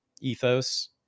ethos